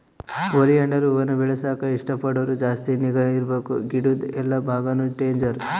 oleander ಹೂವಾನ ಬೆಳೆಸಾಕ ಇಷ್ಟ ಪಡೋರು ಜಾಸ್ತಿ ನಿಗಾ ಇರ್ಬಕು ಗಿಡುದ್ ಎಲ್ಲಾ ಬಾಗಾನು ಡೇಂಜರ್